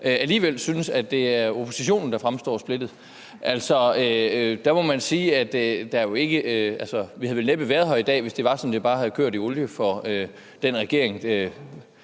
alligevel synes, at det er oppositionen, der fremstår splittet. Der må man sige, at vi vel næppe havde været her i dag, hvis det bare havde kørt i olie for den regering,